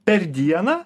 per dieną